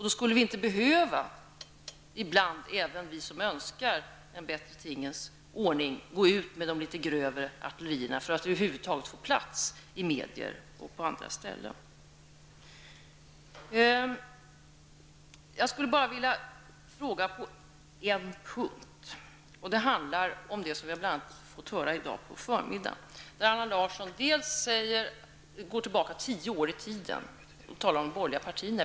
Då skulle vi inte ibland behöva -- även vi som önskar en bättre tingens ordning -- gå ut med det litet grövre artilleriet för att över huvud taget få plats i medier och på andra ställen. Jag skulle nu bara vilja ta upp en punkt. Det handlar om det som vi bl.a. har fått höra i dag på förmiddagen. Allan Larsson går tillbaka tio år i tiden och talar om de borgerliga partierna.